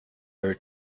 her